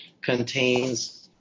contains